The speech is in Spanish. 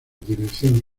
dirección